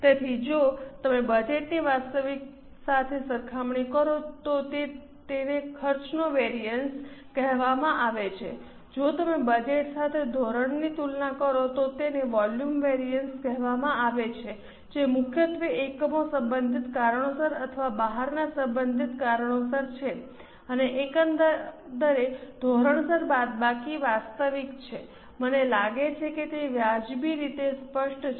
તેથી જો તમે બજેટની વાસ્તવિક સાથે સરખામણી કરો તો તેને ખર્ચનો વેરિઅન્સ કહેવામાં આવે છે જો તમે બજેટ સાથે ધોરણની તુલના કરો તો તેને વોલ્યુમ વેરિઅન્સ કહેવામાં આવે છે જે મુખ્યત્વે એકમો સંબંધિત કારણોસર અથવા બહારના સંબંધિત કારણોસર છે અને એકંદરે ધોરણસર બાદબાકી વાસ્તવિક છે મને લાગે છે કે તે વ્યાજબી રીતે સ્પષ્ટ છે